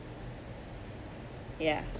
ya